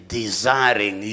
desiring